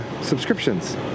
subscriptions